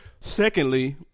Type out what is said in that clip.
Secondly